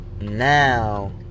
Now